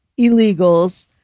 illegals